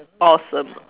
awesome